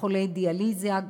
חולי דיאליזה,